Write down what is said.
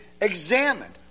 examined